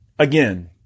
Again